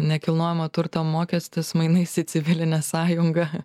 nekilnojamo turto mokestis mainais į civilinę sąjungą